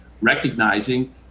recognizing